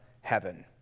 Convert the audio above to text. heaven